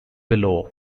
below